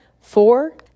four